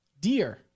deer